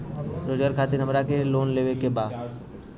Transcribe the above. रोजगार खातीर हमरा के लोन लेवे के बा?